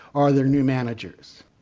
or their new managers.